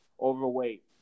overweight